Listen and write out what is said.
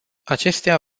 acestea